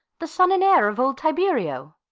the son and heir of old tiberio.